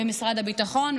במשרד הביטחון,